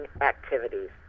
activities